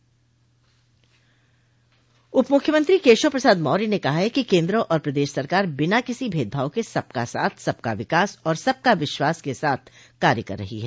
उपमुख्यमंत्री केशव प्रसाद मौर्य ने कहा है कि केन्द्र और प्रदेश सरकार बिना किसी भेदभाव के सबका साथ सबका विकास और सबका विश्वास के साथ कार्य कर रही है